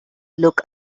look